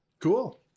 Cool